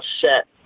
set